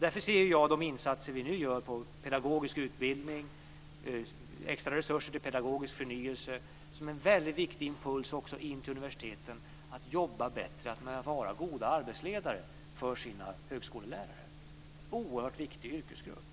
Därför ser jag de insatser som vi nu gör på pedagogisk utbildning med extra resurser till pedagogisk förnyelse som en väldigt viktig impuls också in till universiteten att jobba bättre och vara goda arbetsledare för sina högskolelärare. Det är en oerhört viktig yrkesgrupp.